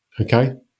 okay